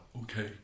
okay